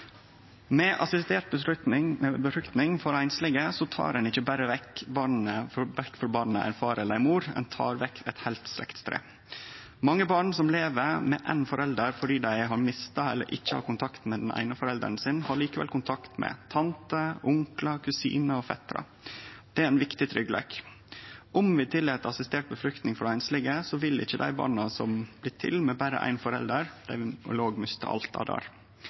befruktning for einslege tek ein ikkje berre vekk frå barnet ein far eller ein mor; ein tek vekk eit heilt slektstre. Mange barn som lever med éin forelder fordi dei har mista eller ikkje har kontakt med den eine forelderen sin, har likevel kontakt med tanter, onklar, kusiner og fetrar. Det er ein viktig tryggleik. Om vi tillèt assistert befruktning for einslege, vil dei barna som blir til med berre éin forelder,